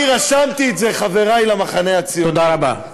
אני רשמתי את זה, חברי למחנה הציוני, תודה רבה.